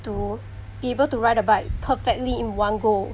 to be able to ride a bike perfectly in one go